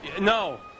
No